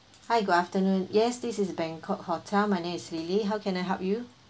hi good afternoon yes this is bangkok hotel my name is lily how can I help you